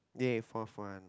ya fourth one